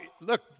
Look